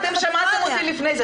אתם שמעתם אותי לפני זה.